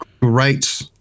Great